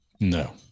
No